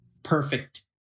perfect